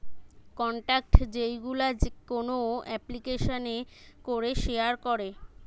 contact যেইগুলো কোন এপ্লিকেশানে করে শেয়ার করে